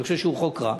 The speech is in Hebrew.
אני חושב שהוא חוק רע,